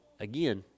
again